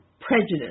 prejudice